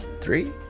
three